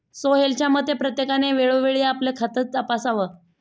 सोहेलच्या मते, प्रत्येकाने वेळोवेळी आपलं खातं तपासावं